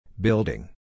Building